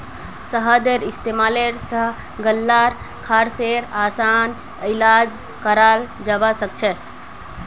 शहदेर इस्तेमाल स गल्लार खराशेर असान इलाज कराल जबा सखछे